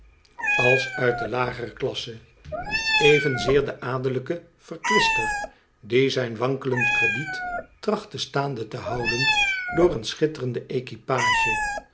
handel drijft de lagere klasse evenzeer de adellijke verkwister die zijn wankelend krediet trachtte staande te houden door een schitterende